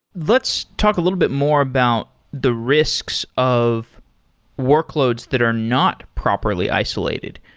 let's talk a little bit more about the risks of workloads that are not properly isolated.